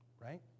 Right